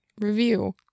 Review